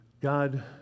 God